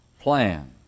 plan